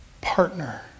partner